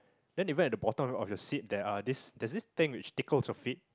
then even at the bottom of your seat there are this there's this thing which tickles your feet